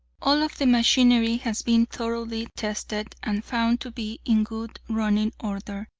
all of the machinery has been thoroughly tested, and found to be in good running order,